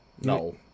No